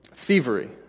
thievery